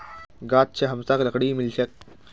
गाछ स हमसाक लकड़ी मिल छेक